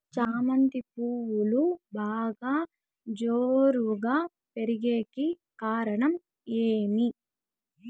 చామంతి పువ్వులు బాగా జోరుగా పెరిగేకి కారణం ఏమి?